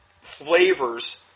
flavors